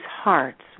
hearts